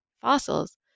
fossils